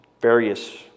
various